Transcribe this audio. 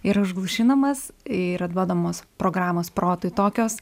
yra užglušinamas yra duodamos programos protui tokios